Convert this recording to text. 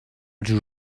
جور